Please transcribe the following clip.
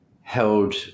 held